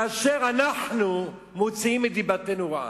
כאשר אנחנו מוציאים את דיבתנו רעה.